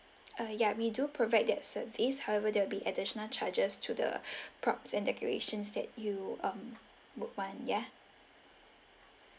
uh yeah we do provide that service however there will be additional charges to the props and decorations that you um book one ya